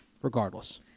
Regardless